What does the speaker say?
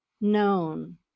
known